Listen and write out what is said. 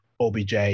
OBJ